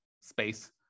space